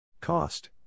Cost